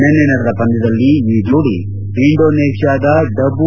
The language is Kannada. ನಿನ್ನೆ ನಡೆದ ಪಂದ್ಯದಲ್ಲಿ ಈ ಜೋಡಿ ಇಂಡೋನೇಷ್ನಾದ ಡಬೂ